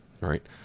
right